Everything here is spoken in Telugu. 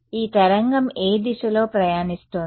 ఈ తరంగం ఏ దిశలో ప్రయాణిస్తోంది